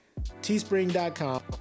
teespring.com